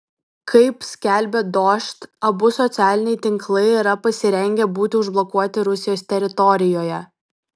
kaip skelbia dožd abu socialiniai tinklai yra pasirengę būti užblokuoti rusijos teritorijoje